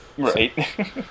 Right